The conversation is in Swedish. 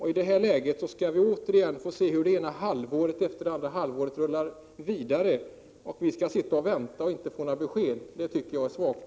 I detta läge skall vi återigen få se hur det ena halvåret efter det andra rullar förbi utan att vi får några besked. Jag tycker att det är svagt.